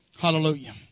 Hallelujah